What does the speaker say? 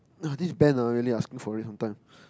uh this Ben ah really asking for it sometimes